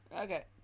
Okay